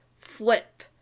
Flip